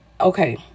Okay